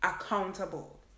accountable